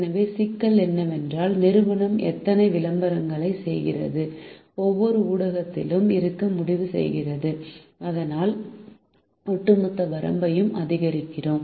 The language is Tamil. எனவே சிக்கல் என்னவென்றால் நிறுவனம் எத்தனை விளம்பரங்களை செய்கிறது ஒவ்வொரு ஊடகத்திலும் இருக்க முடிவுசெய்கிறது இதனால் ஒட்டுமொத்த வரம்பையும் அதிகரிக்கிறோம்